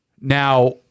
Now-